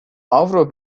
avro